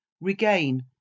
regain